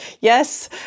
yes